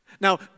Now